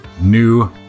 new